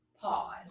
pause